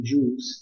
Jews